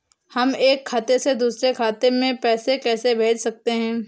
हम एक खाते से दूसरे खाते में पैसे कैसे भेज सकते हैं?